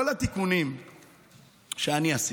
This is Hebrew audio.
כל התיקונים שאני עשיתי,